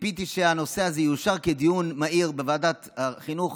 וציפיתי שהנושא הזה יאושר לדיון מהיר בוועדת החינוך,